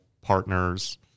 partners